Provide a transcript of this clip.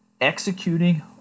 executing